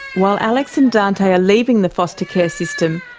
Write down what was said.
while alex and dante ah leaving the foster care system,